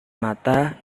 mata